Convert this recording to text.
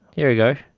here we go.